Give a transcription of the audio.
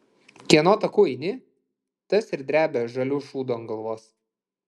kieno taku eini tas ir drebia žaliu šūdu ant galvos